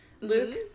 Luke